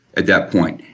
at that point.